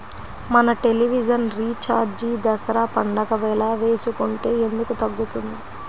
మన television recharge Dasara పండగ వేళ వేసుకుంటే ఎందుకు తగ్గుతుంది?